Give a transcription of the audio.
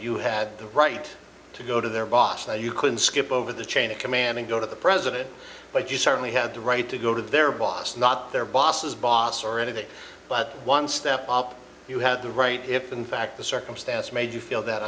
you had the right to go to their boss then you can skip over the chain of command and go to the president but you certainly have the right to go to their boss not their boss his boss or anything but one step up you had the right if in fact the circumstance made you feel that